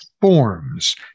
forms